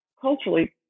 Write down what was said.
culturally